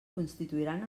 constituiran